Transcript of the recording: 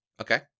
Okay